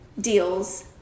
deals